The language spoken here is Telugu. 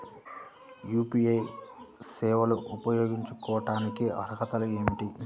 యూ.పీ.ఐ సేవలు ఉపయోగించుకోటానికి అర్హతలు ఏమిటీ?